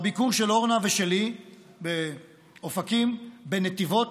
בביקור של אורנה ושלי באופקים, בנתיבות,